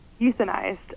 euthanized